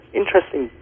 interesting